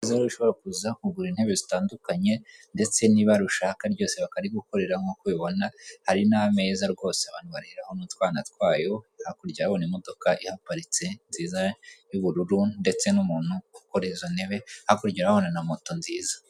Ushobora kuza kugura intebe zitandukanye ndetse n'ibara ushaka ryose bakarigukorera nkuko ubibona hari n'ameza rwose abantu baraho n'utwana twayo hakurya urahabona imodoka ihaparitse nziza y'ubururu ndetse n'umuntu ukora izo ntebe hakurya urahabona na moto nziza.